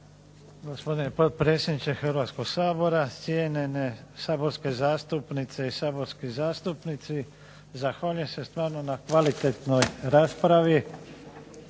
gospodine potpredsjedniče HRvatskog sabora, cijenjene saborske zastupnice i saborski zastupnici. Zahvaljujem se stvarno na kvalitetnoj raspravi.